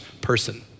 person